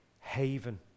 haven